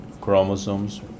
chromosomes